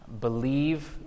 believe